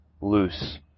loose